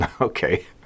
okay